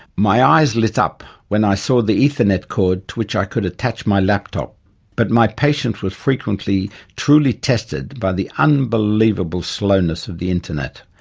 my eyes lit up when i saw the ethernet cord to which i could attach my laptop but my patience was frequently truly tested by the unbelievable slowness of the internet.